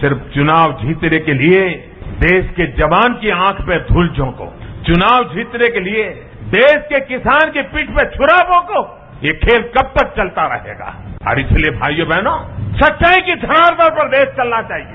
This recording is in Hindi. सिर्फ चुनाव जीतने के लिए देश के जवान की आंख में धूल झांको चुनाव जीतने के लिए देश के किसान की पीठ पर छुरा घोंपो ये खेल कब तक चलता रहेगा और इसी लिए भाईयों बहनों सच्चाई की धार पर प्रदेश चलना चाहिए